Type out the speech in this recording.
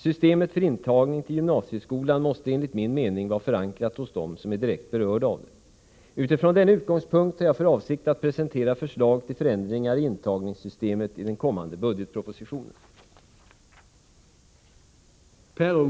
Systemet för intagning till gymnasieskolan måste enligt min mening vara förankrat hos dem som är direkt berörda av det. Utifrån denna utgångspunkt har jag för avsikt att presentera förslag till förändringar i intagningssystemet i den kommande budgetpropositionen.